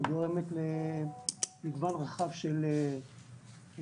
שגורמת למגוון רחב של בעיות